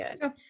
good